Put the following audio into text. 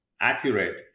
accurate